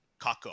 Kako